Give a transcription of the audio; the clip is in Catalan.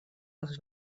els